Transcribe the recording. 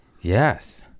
Yes